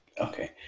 Okay